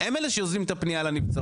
הם אלה שיוזמים את הפנייה לנבצרות,